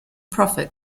profit